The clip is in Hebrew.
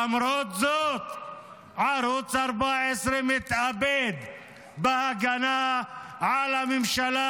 למרות זאת ערוץ 14 מתאבד בהגנה על הממשלה,